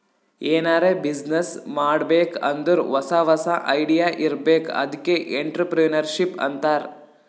ಎನಾರೇ ಬಿಸಿನ್ನೆಸ್ ಮಾಡ್ಬೇಕ್ ಅಂದುರ್ ಹೊಸಾ ಹೊಸಾ ಐಡಿಯಾ ಇರ್ಬೇಕ್ ಅದ್ಕೆ ಎಂಟ್ರರ್ಪ್ರಿನರ್ಶಿಪ್ ಅಂತಾರ್